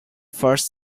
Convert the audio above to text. first